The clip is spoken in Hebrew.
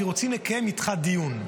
כי רוצים לקיים איתך דיון.